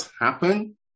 happen